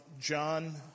John